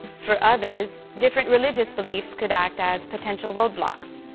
for others, different religious beliefs could act as potential roadblocks.